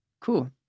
Cool